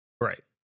right